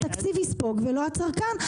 התקציב יספוג ולא הצרכן?